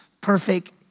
perfect